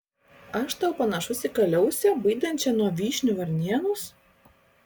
aš tau panašus į kaliausę baidančią nuo vyšnių varnėnus